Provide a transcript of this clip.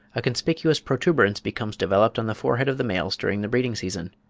a conspicuous protuberance becomes developed on the forehead of the males during the breeding-season.